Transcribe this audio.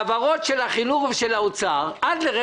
וזה לא משנה.